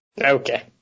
Okay